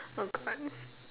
oh God